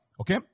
Okay